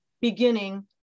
beginning